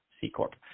C-Corp